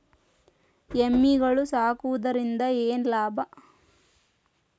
ಎಮ್ಮಿಗಳು ಸಾಕುವುದರಿಂದ ಏನು ಲಾಭ?